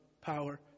power